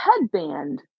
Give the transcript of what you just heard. headband